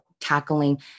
tackling